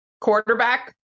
quarterback